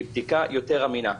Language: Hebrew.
היא בדיקה יותר אמינה?